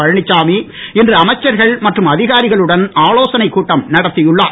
பழனிச்சாமி இன்று அமைச்சர்கள் மற்றும் அதிகாரிகளுடன் ஆலோசனை கூட்டம் நடத்தியுள்ளார்